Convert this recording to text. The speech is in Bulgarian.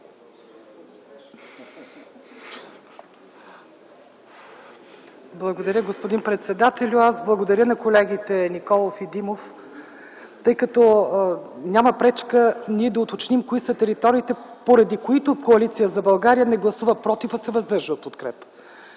Благодаря, господин председател. Аз благодаря на колегите Николов и Димов, тъй като няма пречка ние да уточним кои са териториите, поради които Коалиция за България не гласува против, а се въздържа от подкрепа.